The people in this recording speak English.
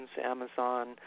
Amazon